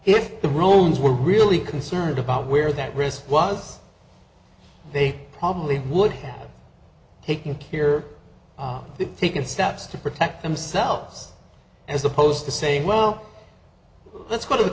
if the roles were really concerned about where that risk was they probably would have taken care they've taken steps to protect themselves as opposed to saying well let's go to